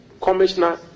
Commissioner